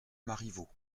marivaux